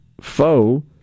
foe